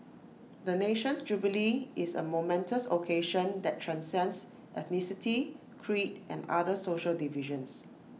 the nation's jubilee is A momentous occasion that transcends ethnicity creed and other social divisions